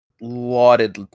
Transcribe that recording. Lauded